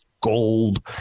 gold